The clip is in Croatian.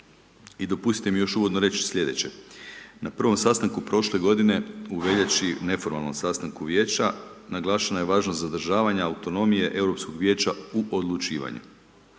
I dopustite mi još uvodno reći sljedeće, na prvom sastanku prošle godine u veljači, neformalnom sastanku Vijeća naglašena je važnost zadržavanja autonomije Europskog Vijeća u odlučivanju.